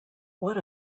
what